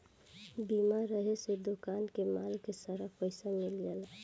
बीमा रहे से दोकान के माल के सारा पइसा मिल जाला